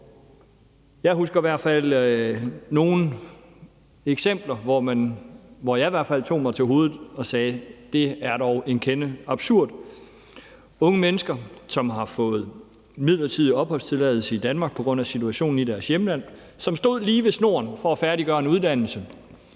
Jeg husker i hvert fald nogle eksempler, hvor jeg i hvert fald tog mig til hovedet og sagde, at det dog er en kende absurd. Det handler om unge mennesker, som har fået midlertidig opholdstilladelse i Danmark på grund af situationen i deres hjemland, og som stod lige ved snoren for at færdiggøre en uddannelse,